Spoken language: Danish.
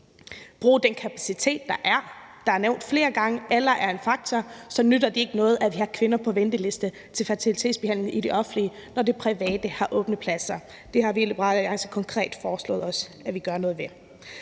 bruge den kapacitet, der er. Som det er nævnt flere gange, er alder en faktor, og så nytter det ikke noget, at vi har kvinder på venteliste til fertilitetsbehandling i det offentlige, når det private har åbne pladser. Det har vi i Liberal Alliance konkret foreslået at vi gør noget ved.